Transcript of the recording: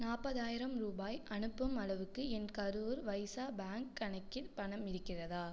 நாற்பதாயிரம் ரூபாய் அனுப்பும் அளவுக்கு என் கரூர் வைஸ்யா பேங்க் கணக்கில் பணம் இருக்கிறதா